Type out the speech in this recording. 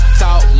talk